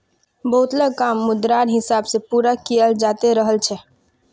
बहुतला काम मुद्रार हिसाब से पूरा कियाल जाते रहल छे